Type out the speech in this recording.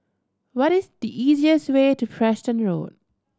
what is the easiest way to Preston Road